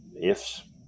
ifs